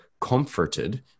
comforted